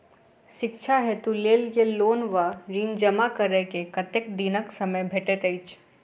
शिक्षा हेतु लेल गेल लोन वा ऋण जमा करै केँ कतेक दिनक समय भेटैत अछि?